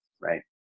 right